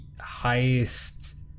highest